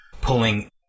pulling